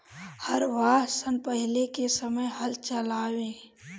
हरवाह सन पहिले के समय हल चलावें